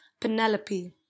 Penelope